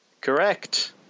Correct